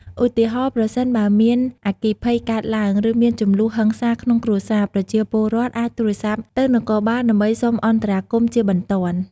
ឧទាហរណ៍ ប្រសិនបើមានអគ្គីភ័យកើតឡើង ឬមានជម្លោះហិង្សាក្នុងគ្រួសារ ប្រជាពលរដ្ឋអាចទូរស័ព្ទទៅនគរបាលដើម្បីសុំអន្តរាគមន៍ជាបន្ទាន់។